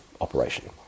operation